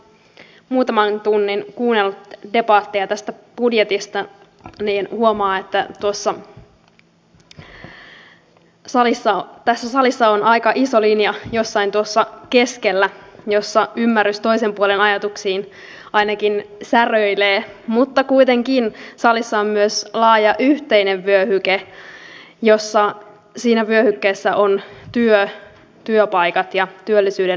kun on muutaman tunnin kuunnellut debattia tästä budjetista niin huomaa että tässä salissa on aika iso linja jossain tuossa keskellä jossa ymmärrys toisen puolen ajatuksiin ainakin säröilee mutta kuitenkin salissa on myös laaja yhteinen vyöhyke ja siinä vyöhykkeessä ovat työ työpaikat ja työllisyyden nosto